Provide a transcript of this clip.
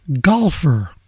golfer